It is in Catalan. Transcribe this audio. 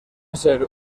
ser